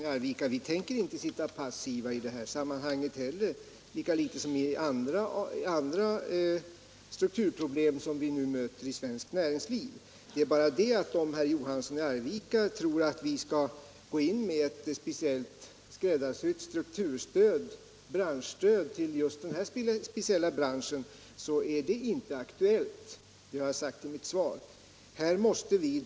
Herr talman! Vi tänker inte sitta passiva i detta sammanhang lika litet som när det gäller andra strukturproblem som vi nu möter i svenskt näringsliv. Om herr Johansson i Arvika tror att vi skall gå in med ett speciellt skräddarsytt strukturstöd till just denna bransch, vill jag framhålla att det inte är aktuellt. Det har jag också sagt i mitt svar.